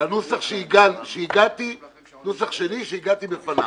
לנוסח שלי, שהגעתי בפניו.